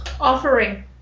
Offering